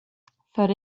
för